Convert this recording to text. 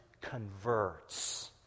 converts